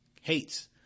hates